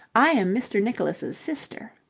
i am mr. nicholas' sister.